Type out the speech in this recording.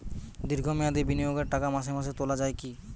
দীর্ঘ মেয়াদি বিনিয়োগের টাকা মাসে মাসে তোলা যায় কি?